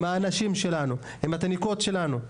עם האנשים, התינוקות שלנו?